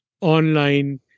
online